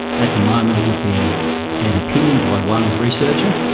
at the moment it would be an opinion by one researcher,